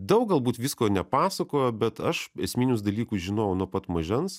daug galbūt visko nepasakojo bet aš esminius dalykus žinojau nuo pat mažens